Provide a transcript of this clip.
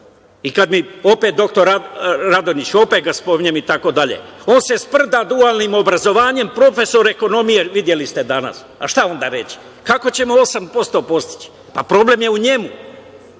Kada mi opet doktor Radonjić, opet ga spominjem i tako dalje, on se sprda dualnim obrazovanjem, profesor ekonomije, videli ste danas. Š šta onda reći? Kako ćemo 8% postići? Pa problem je u njemu,